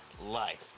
life